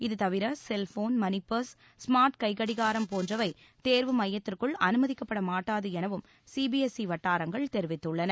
இதுதவிர cellphone money purse smart கைக்கடிகாரம் போன்றவை தேர்வு மையத்திற்குள் அமுதிக்கப்பட மாட்டாது எனவும் சிபிஎஸ்இ வட்டாரங்கள் தெரிவித்துள்ளன